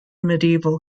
medieval